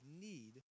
need